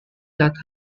lot